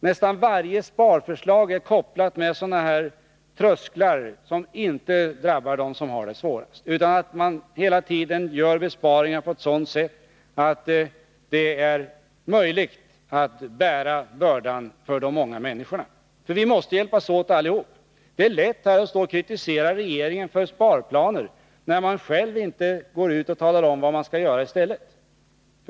Nästan varje sparförslag är kopplat till trösklar som gör att de som har det svårast inte drabbas. Vi gör hela tiden besparingar på ett sådant sätt att det är möjligt för de många människorna att bära bördan. För vi måste allihop hjälpas åt! Det är lätt att kritisera regeringen för sparplaner när man inte talar om vad vi skall göra i stället.